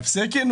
תפסיקי.